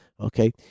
okay